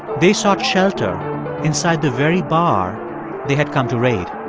they sought shelter inside the very bar they had come to raid